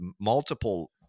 multiple